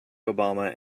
obama